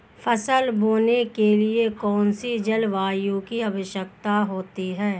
फसल बोने के लिए कौन सी जलवायु की आवश्यकता होती है?